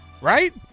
Right